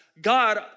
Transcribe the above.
God